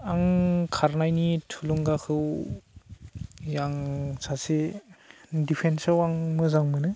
आं खारनायनि थुलुंगाखौ आं सासे दिफेन्साव आं मोजां मोनो